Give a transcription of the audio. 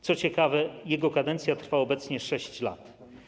Co ciekawe, jego kadencja trwa obecnie 6 lat.